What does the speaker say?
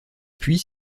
puis